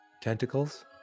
Tentacles